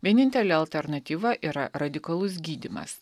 vienintelė alternatyva yra radikalus gydymas